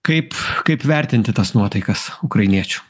kaip kaip vertinti tas nuotaikas ukrainiečių